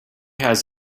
has